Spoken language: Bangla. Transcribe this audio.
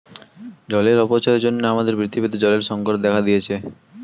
জলের অপচয়ের জন্য আমাদের পৃথিবীতে জলের সংকট দেখা দিয়েছে